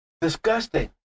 Disgusting